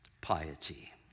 piety